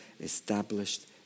established